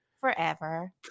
Forever